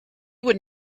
would